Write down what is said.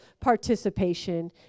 participation